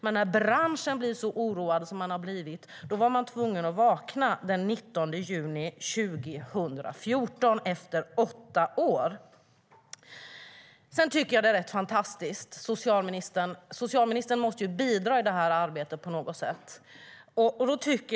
Men när branschen blev så oroad som den blev var man tvungen att vakna den 19 juni 2014, efter åtta år. Jag tycker att det är rätt fantastiskt. Socialministern måste bidra till detta arbete på något sätt. Ta chansen, socialministern!